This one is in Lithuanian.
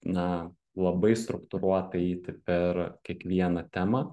na labai struktūruotai eiti per kiekvieną temą